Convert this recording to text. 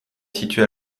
située